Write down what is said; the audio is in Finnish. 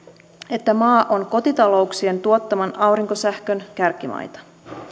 että maa on kotitalouksien tuottaman aurinkosähkön kärkimaita